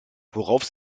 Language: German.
worauf